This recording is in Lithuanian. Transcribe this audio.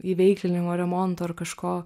įveiklinimo remonto ar kažko